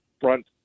front